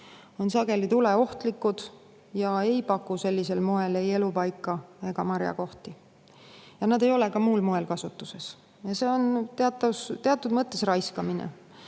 on sageli tuleohtlikud ja ei paku sellisel moel elupaika ega marjakohti. Ja need ei ole ka muul moel kasutuses. See on teatud mõttes raiskamine.